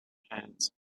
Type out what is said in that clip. hand